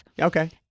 Okay